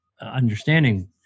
understanding